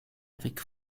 avec